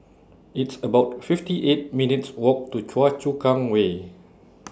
It's about fifty eight minutes' Walk to Choa Chu Kang Way